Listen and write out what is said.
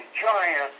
giant